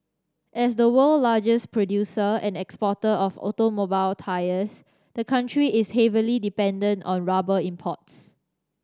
as the world's largest producer and exporter of automobile tyres the country is heavily dependent on rubber imports